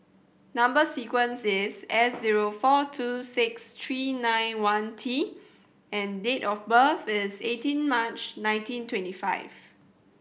number sequence is S zero four two six three nine one T and date of birth is eighteen March nineteen twenty five